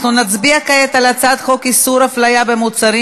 נצביע כעת על הצעת חוק איסור הפליה במוצרים,